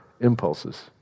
impulses